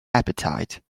appetite